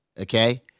Okay